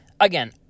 again